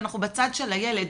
אנחנו בצד של הילד.